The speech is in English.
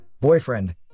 Boyfriend